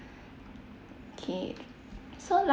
K so